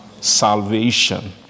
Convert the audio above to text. salvation